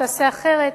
תעשה אחרת,